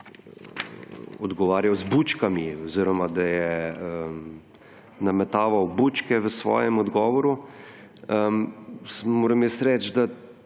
odgovarjal z bučkami oziroma da je nametaval bučke v svojem odgovoru, mu moram reči, da